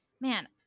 man